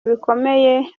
bikomeye